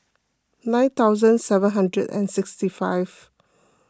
nine thousand seven hundred and sixty five